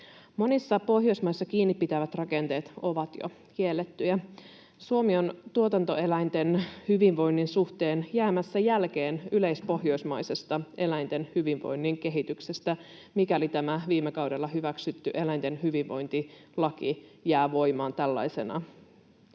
Monissa Pohjoismaissa kiinni pitävät rakenteet ovat jo kiellettyjä. Suomi on tuotantoeläinten hyvinvoinnin suhteen jäämässä jälkeen yleispohjoismaisesta eläinten hyvinvoinnin kehityksestä, mikäli tämä viime kaudella hyväksytty eläinten hyvinvointilaki jää voimaan tällaisena.